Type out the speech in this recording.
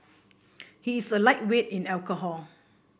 he is a lightweight in alcohol